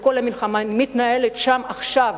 וכל המלחמה מתנהלת שם עכשיו,